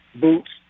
boots